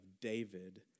David